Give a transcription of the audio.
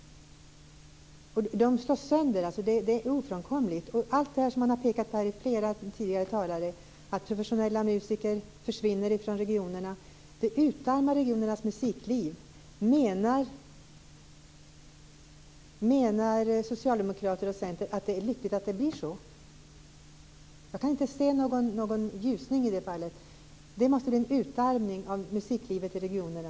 Orkestrarna slås sönder, det är ofrånkomligt. Allt det som flera tidigare talare har pekat på, t.ex. att professionella musiker försvinner från regionerna, utarmar regionernas musikliv. Menar Socialdemokraterna och Centern att det är lyckligt att det blir så? Jag kan inte se någon ljusning i det fallet. Det måste bli en utarmning av musiklivet i regionerna.